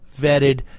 vetted